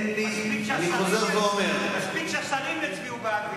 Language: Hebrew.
מספיק שהשרים יצביעו בעד.